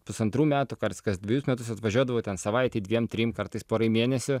pusantrų metų kars kas dvejus metus atvažiuodavau ten savaitei dviem trim kartais porai mėnesių